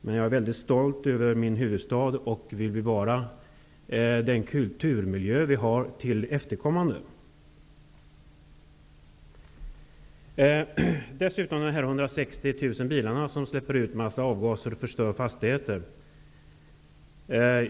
Men jag är väldigt stolt över min huvudstad och vill bevara den kulturmiljö som här finns till efterkommande. 160 000 bilar sägs släppa ut en mängd avgaser och förstöra fastigheter.